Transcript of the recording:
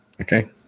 Okay